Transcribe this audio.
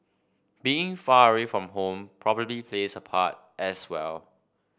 being far away from home probably plays a part as well